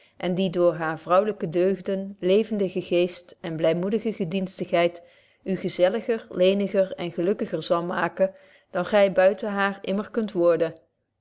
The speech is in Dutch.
en die door hare vrouwelyke deugden levendige geest en blymoedige gedienstigheid u gezelliger leniger en gelukkiger zal maken dan gy buiten haar immer kunt worden